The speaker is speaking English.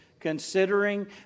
Considering